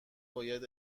باید